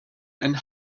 and